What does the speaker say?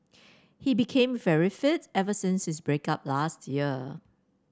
he became very fit ever since his break up last year